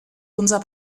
unser